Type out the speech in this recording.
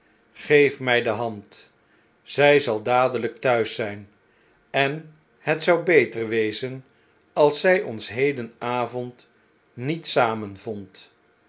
geef me de hand i zy zal dadeljjk thuis zjjn en het zou beter wezen als zy ons hedenavond niet